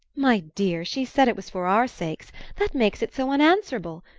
my dear, she said it was for our sakes that makes it so unanswerable!